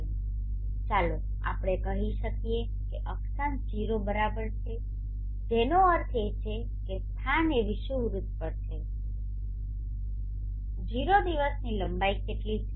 તેથી ચાલો આપણે કહી શકીએ કે અક્ષાંશ 0 બરાબર છે જેનો અર્થ એ છે કે સ્થાન એ વિષુવવૃત્ત પર છે ϕ 0 દિવસની લંબાઈ કેટલી છે